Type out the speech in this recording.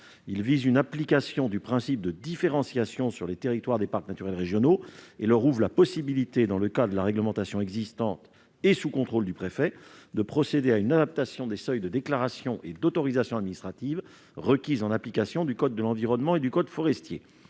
Il vise une application du principe de différenciation sur ces territoires et offre aux parcs naturels régionaux la possibilité, dans le cadre de la réglementation existante et sous contrôle du préfet, de procéder à une adaptation des seuils de déclaration et d'autorisation administrative requises en application du code de l'environnement et du code forestier.